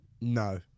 No